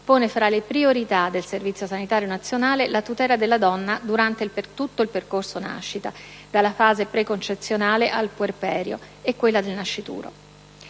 pone tra le priorità del Servizio sanitario nazionale la tutela della donna durante tutto il percorso nascita (dalla fase preconcezionale al puerperio) e quella del nascituro.